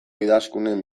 idazkunen